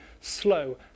slow